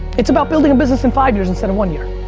it's about building a business in five years instead of one year.